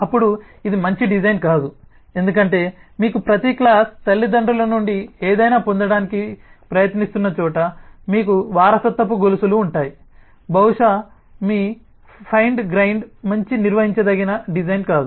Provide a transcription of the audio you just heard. అప్పుడు ఇది మంచి డిజైన్ కాదు ఎందుకంటే మీకు ప్రతి క్లాస్ తల్లిదండ్రుల నుండి ఏదైనా పొందటానికి ప్రయత్నిస్తున్న చోట మీకు వారసత్వపు గొలుసులు ఉంటాయి బహుశా మీ ఫైండ్ గ్రైండ్ మంచి నిర్వహించదగిన డిజైన్ కాదు